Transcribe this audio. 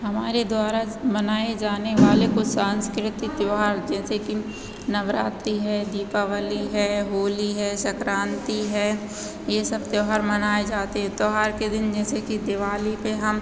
हमारे द्वारा मनाए जाने वाले को सांस्कृतिक त्योहार जैसे कि नवरात्रि है दीपावली है होली है सक्रांति है ये सब त्योहार मनाए जाते त्योहार के दिन जैसे कि दिवाली पे हम